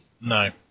no